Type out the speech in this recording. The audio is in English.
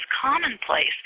commonplace